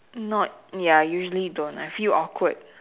not ya usually don't I feel awkward